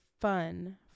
fun